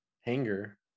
Hanger